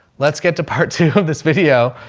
let's get to part two of this video.